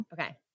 Okay